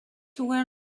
were